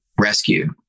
rescued